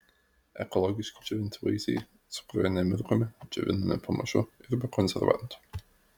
ekologiški džiovinti vaisiai cukruje nemirkomi džiovinami pamažu ir be konservantų